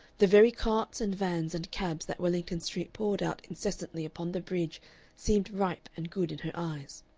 the very carts and vans and cabs that wellington street poured out incessantly upon the bridge seemed ripe and good in her eyes.